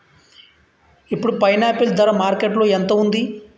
ఇప్పుడు పైనాపిల్ ధర మార్కెట్లో ఎంత ఉంది?